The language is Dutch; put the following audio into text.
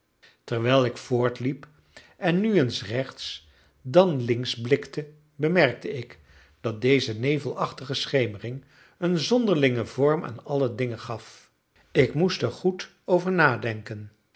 terwijl ik voortliep en nu eens rechts dan links blikte bemerkte ik dat deze nevelachtige schemering een zonderlingen vorm aan alle dingen gaf ik moest er goed over nadenken